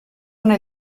una